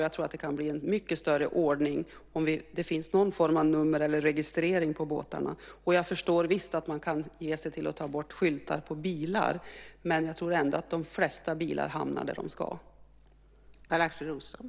Jag tror att det kan bli en mycket större ordning om det finns någon form av nummer eller registrering på båtarna, och jag förstår visst att man kan ge sig på att ta bort skyltar på bilar. Men de flesta bilar hamnar nog där de ska.